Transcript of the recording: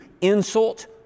insult